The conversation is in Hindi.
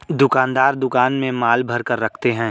दुकानदार दुकान में माल भरकर रखते है